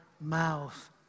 mouth